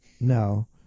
No